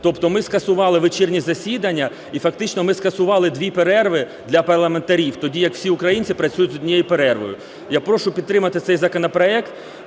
тобто ми скасували вечірнє засідання, і фактично ми скасували дві перерви для парламентарів, тоді як всі українці працюють з однією перервою. Я прошу підтримати цей законопроект,